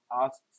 asks